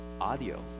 audio